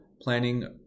planning